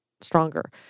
stronger